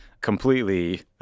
completely